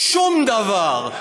שום דבר.